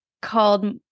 Called